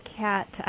cat